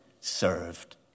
served